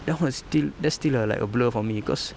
that one is still that's still err like a blur for me because